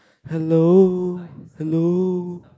hello hello